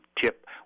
tip